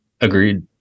Agreed